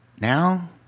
Now